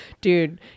Dude